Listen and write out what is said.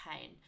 pain